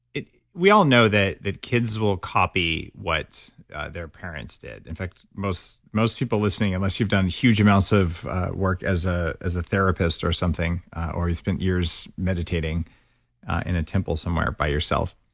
we all know that that kids will copy what their parents did. in fact most most people listening, unless you've done huge amounts of work as ah as a therapist or something or you spent years meditating in a temple somewhere by yourself,